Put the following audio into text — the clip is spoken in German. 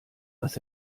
was